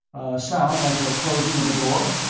sound like the closing of a door?